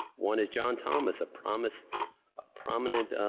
one is john thomas, a prominent ah prominent